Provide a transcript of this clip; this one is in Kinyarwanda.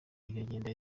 iragenda